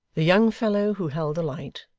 the young fellow who held the light,